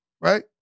right